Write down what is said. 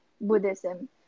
Buddhism